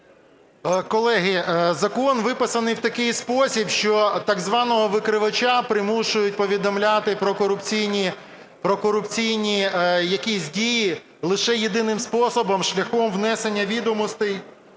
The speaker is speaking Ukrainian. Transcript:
Колеги, закон виписаний в такий спосіб, що так званого викривача примушують повідомляти про корупційні якісь дії лише єдиним способом – шляхом внесення відомостей